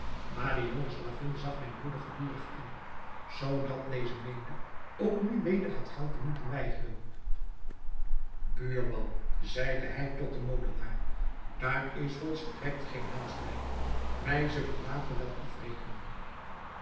maar de jonge slavin zag mijn broeder gedurig aan zoodat deze meende ook nu weder het geld te moeten weigeren buurman zeide hij tot den molenaar daar is volstrekt geen haast bij wij zullen later wel afrekenen